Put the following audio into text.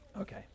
Okay